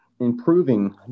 improving